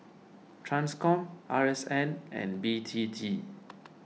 Transcom R S N and B T T